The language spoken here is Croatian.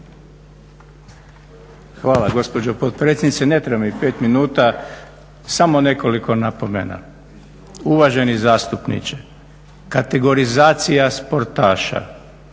Hvala gospođo potpredsjednice. Ne treba mi 5 minuta, samo nekoliko napomena. Uvaženi zastupniče, kategorizacija sportaša